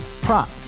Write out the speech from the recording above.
Prop